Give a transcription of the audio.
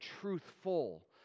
truthful